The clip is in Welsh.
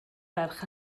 ferch